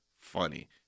funny